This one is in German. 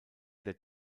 der